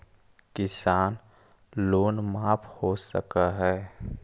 किसान लोन माफ हो सक है?